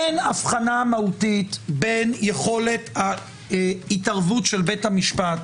אין הבחנה מהותית בין יכולת ההתערבות של בית המשפט